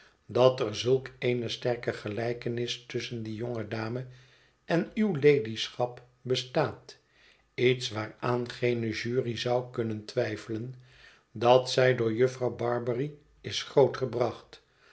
dat er zulk eene sterke gelijkenis tusschen die jonge dame en uwe ladyschap bestaat iets waaraan geene jury zou kunnen twijfelen dat zij door jufvrouw barbary is groot gebracht